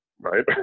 Right